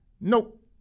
nope